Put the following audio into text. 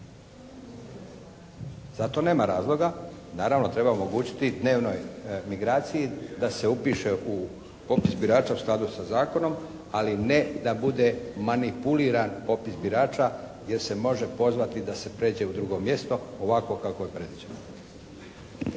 Za to nema razloga, naravno treba omogućiti dnevnoj migracii da se upiše u popis birača u skladu sa zakonom ali ne da bude manipuliran popis birača jer se može pozvati da se pređe u drugo mjesto ovako kako je predviđeno.